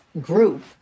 group